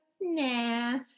nah